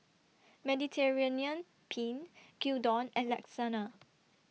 Mediterranean Penne Gyudon and Lasagne